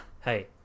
hey